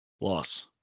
Loss